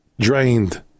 drained